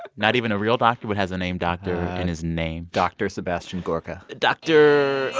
not even a real doctor but has the name dr. in his name dr. sebastian gorka dr.